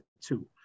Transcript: two